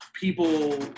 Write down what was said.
people